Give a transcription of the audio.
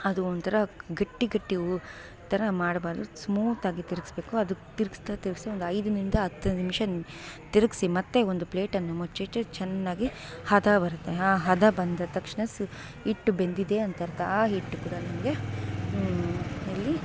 ಅದು ಒಂಥರ ಗಟ್ಟಿ ಗಟ್ಟಿ ಥರ ಮಾಡಬಾರದು ಸ್ಮೂತಾಗಿ ತಿರಿಗ್ಸ್ಬೇಕು ಅದು ತಿರ್ಗ್ಸ್ತಾ ತಿರ್ಗ್ಸ್ತಾ ಒಂದು ಐದರಿಂದ ಹತ್ತು ನಿಮಿಷ ತಿರಿಗ್ಸಿ ಮತ್ತೆ ಒಂದು ಪ್ಲೇಟನ್ನು ಮುಚ್ಚಿಟ್ಟರೆ ಚೆನ್ನಾಗಿ ಹದ ಬರುತ್ತೆ ಆ ಹದ ಬಂದ ತಕ್ಷಣ ಸ್ ಹಿಟ್ ಬೆಂದಿದೆ ಅಂತರ್ಥ ಆ ಹಿಟ್ಟು ಕೂಡ ನಿಮಗೆ ಇಲ್ಲಿ